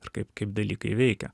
ir kaip kaip dalykai veikia